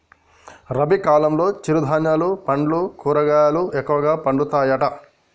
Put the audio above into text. రబీ కాలంలో చిరు ధాన్యాలు పండ్లు కూరగాయలు ఎక్కువ పండుతాయట